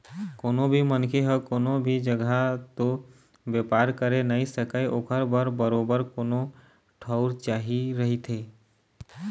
कोनो भी मनखे ह कोनो भी जघा तो बेपार करे नइ सकय ओखर बर बरोबर कोनो ठउर चाही रहिथे